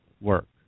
work